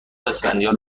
اسفندیار